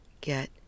get